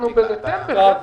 אנחנו בדצמבר.